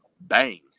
bang